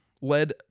led